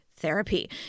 therapy